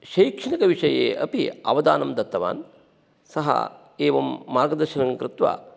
शैक्षणिकविषये अपि अवदानं दत्तवान् सः एवं मार्गदर्शनङ्कृत्वा